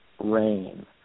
RAIN